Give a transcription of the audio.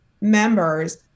members